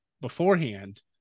beforehand